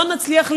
לא נצליח,